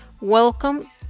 welcome